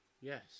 Yes